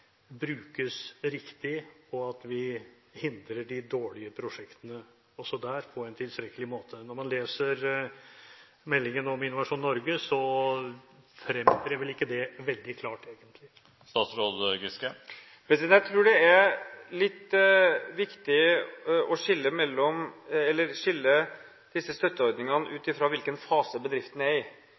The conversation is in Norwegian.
brukes riktig, og at vi hindrer de dårlige prosjektene – også der – på en tilstrekkelig måte? Når man leser meldingen om Innovasjon Norge, fremgår ikke det veldig klart, egentlig. Jeg tror det er litt viktig å skille disse støtteordningene ut fra hvilken fase bedriften er i.